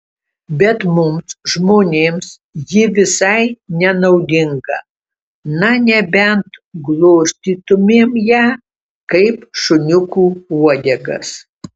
bet mums žmonėms ji visai nenaudinga na nebent glostytumėm ją kaip šuniukų uodegas